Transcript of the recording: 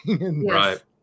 Right